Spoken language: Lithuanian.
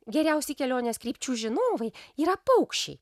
geriausi kelionės krypčių žinovai yra paukščiai